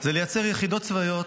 זה לייצר יחידות צבאיות,